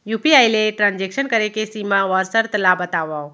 UPI ले transaction करे के सीमा व शर्त ला बतावव?